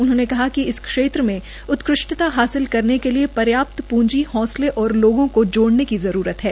उन्होंने कहा कि इस क्षेत्र मे उत्कृष्टता हासिल करने के लिए पर्याप्त पृंजी हौंसले और लोगों को जोड़ेन की जरूरत है